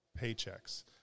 paychecks